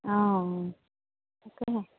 অঁ